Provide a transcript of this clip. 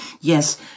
Yes